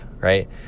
right